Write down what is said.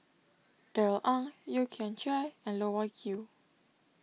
Darrell Ang Yeo Kian Chai and Loh Wai Kiew